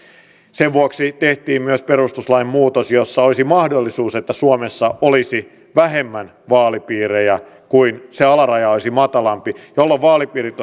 sen vuoksi tehtiin myös perustuslain muutos jossa olisi mahdollisuus että suomessa olisi vähemmän vaalipiirejä se alaraja olisi matalampi jolloin vaalipiirit